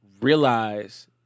realize